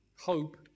hope